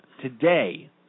Today